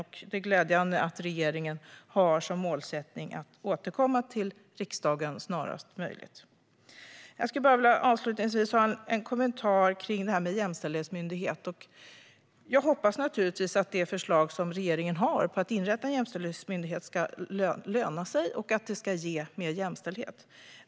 Det är glädjande att regeringen har som målsättning att återkomma till riksdagen snarast möjligt. Jag skulle avslutningsvis vilja kommentera jämställdhetsmyndigheten. Jag hoppas naturligtvis att det förslag som regeringen har om att inrätta en jämställdhetsmyndighet ska löna sig och att det ska ge mer jämställdhet.